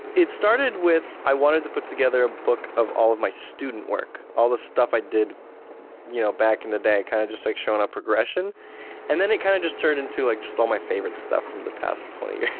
it started with i wanted to put together a book of all of my student work, all the stuff i did you know back in the day kinda just like showing a progression and then it kinda just turned into like just all my favorite stuff from the past twenty years.